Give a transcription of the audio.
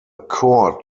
core